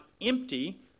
empty